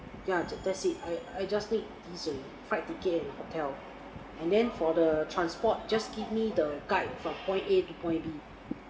ya that's it I I just need is the flight ticket and hotel and then for the transport just give me the guide from point A to point B